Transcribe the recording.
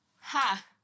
Ha